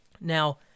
Now